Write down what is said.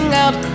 out